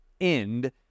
end